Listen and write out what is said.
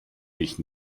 mich